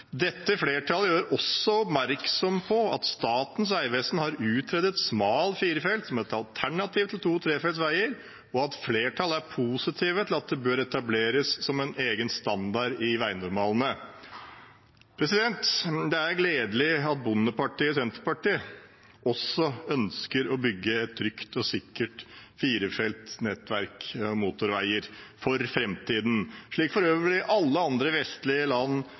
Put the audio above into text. flertallet gjør også oppmerksom på at Statens vegvesen har utredet smal firefelts vei som et alternativ til 2/3-felts veier, og flertallet er positive til at det bør etableres som en egen standard i veinormalene.» Det er gledelig at bondepartiet Senterpartiet også ønsker å bygge et trygt og sikkert firefelts nettverk av motorveier for framtiden, slik for øvrig alle andre vestlige land,